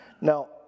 Now